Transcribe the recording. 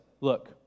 look